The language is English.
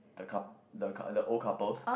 the coup~ the old couples